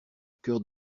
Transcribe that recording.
cœur